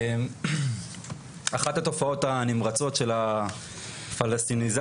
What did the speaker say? אחת התופעות הנמרצות של הפלסטיניזציה,